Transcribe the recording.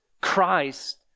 Christ